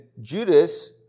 Judas